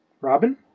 Robin